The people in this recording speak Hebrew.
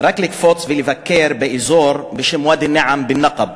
רק לקפוץ ולבקר באזור בשם ואדי-נעם בנקב,